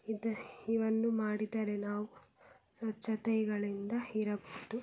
ಇದು ಇವನ್ನು ಮಾಡಿದರೆ ನಾವು ಸ್ವಚ್ಛತೆಗಳಿಂದ ಇರಬಹುದು